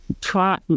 Try